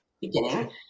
beginning